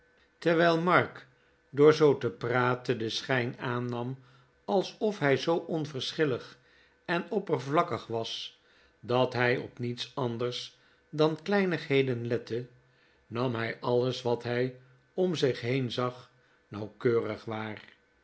terwijl mark door zoo te praten den schijn aannam alsof hij zoo onverschillig en oppervlakkig was dat hij op niets anders dan kleinigheden lette nam hij alles wat hij om zich heen zag nauwkeurig waar